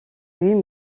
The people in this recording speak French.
lui